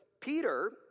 Peter